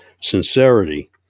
sincerity